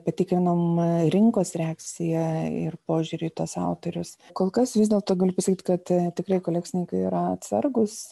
patikrinama rinkos reakcija ir požiūrį į tuos autorius kol kas vis dėlto galiu pasakyt kad tikrai kolekcininkai yra atsargūs